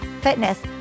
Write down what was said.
fitness